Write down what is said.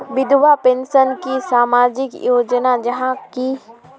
विधवा पेंशन की सामाजिक योजना जाहा की?